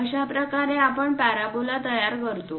अशाप्रकारे आपण पॅरोबोला तयार करतो